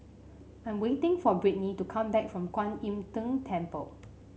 I'm waiting for Brittni to come back from Kwan Im Tng Temple